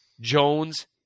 Jones